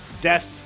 death